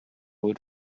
would